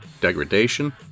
degradation